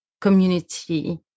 community